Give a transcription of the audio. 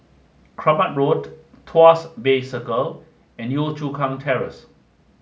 Kramat Road Tuas Bay Circle and Yio Chu Kang Terrace